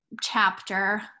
chapter